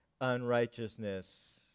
unrighteousness